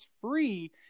free